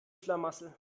schlamassel